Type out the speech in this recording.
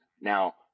Now